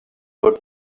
would